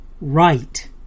right